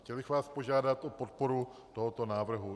Chtěl bych vás požádat o podporu tohoto návrhu.